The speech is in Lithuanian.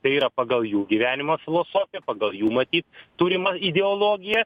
tai yra pagal jų gyvenimo filosofiją pagal jų matyt turimą ideologiją